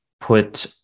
put